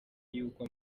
yuko